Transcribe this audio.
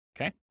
Okay